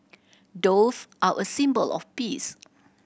doves are a symbol of peace